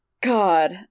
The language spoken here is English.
God